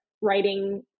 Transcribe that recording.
writing